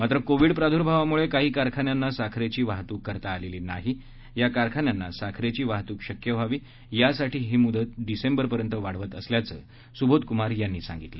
मात्र कोविड प्रादूर्भावामुळे काही कारखान्यांना साखरेची वाहतुक करता आलेली नाही या कारखान्यांना साखरेची वाहतुक शक्य व्हावी यासाठी ही मुदत डिसेंबरपर्यंत वाढवत असल्याचं सुबोधकुमार यांनी सांगितलं